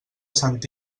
sant